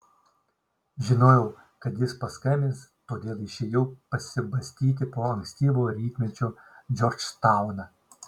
žinojau kad jis paskambins todėl išėjau pasibastyti po ankstyvo rytmečio džordžtauną